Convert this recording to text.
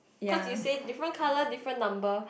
cause you say different colour different number